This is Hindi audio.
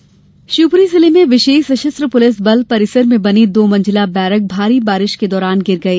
बैरक शिवपुरी जिले में विशेष सशस्त्र पुलिस बल परिसर में बनी दो मंजिला बैरक भारी बारिश के दौरान गिर गई